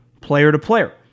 player-to-player